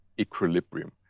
equilibrium